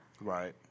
Right